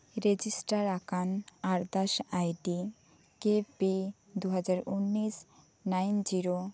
register ᱟᱠᱟᱱ ᱟᱨᱫᱟᱥ ID ᱠᱮᱯᱤ ᱫᱩᱦᱟᱡᱟᱨ ᱩᱱᱱᱤᱥ ᱱᱟᱭᱤᱱ ᱡᱤᱨᱳ